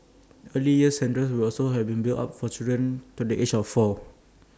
early years centres will also have been built up for children to the age of four